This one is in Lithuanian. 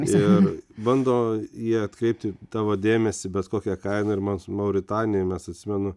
ir bando į jį atkreipti tavo dėmesį bet kokia kaina ir mes mauritanijoj mes atsimenu